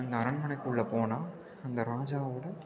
அந்த அரண்மனைக்குள்ளே போனா அந்த ராஜாவோட